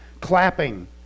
clapping